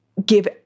give